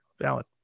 Valid